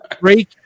break